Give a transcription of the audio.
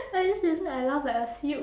!aiyo! seriously I laugh like a seal